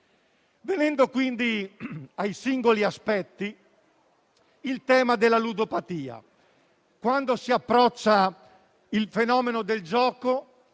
Venendo quindi ai singoli aspetti, c'è il tema della ludopatia. Quando si approccia il fenomeno del gioco,